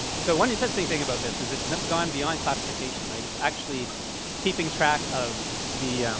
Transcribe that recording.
so one interesting thing about this is it's gone beyond classification, right? it's actually keeping track of the